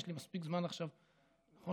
יש לי מספיק זמן עכשיו, נכון?